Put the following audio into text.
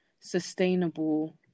sustainable